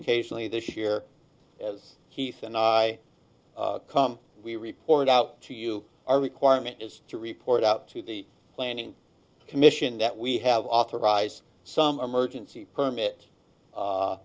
occasionally this year as heath and i come we report out to you our requirement is to report out to the planning commission that we have authorized some emergency